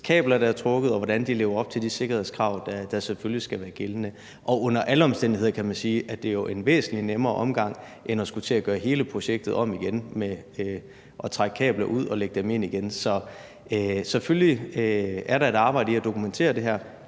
kabler, der er trukket, og hvordan de lever op til de sikkerhedskrav, der selvfølgelig skal være gældende. Under alle omstændigheder kan man sige, at det jo er en væsentlig nemmere omgang end at skulle til at gøre hele projektet om igen med at trække kabler ud og lægge dem ind i igen. Så selvfølgelig er der et arbejde med at dokumentere det her